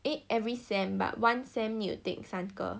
eh every semester but one semester you take 三个